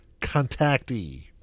contactee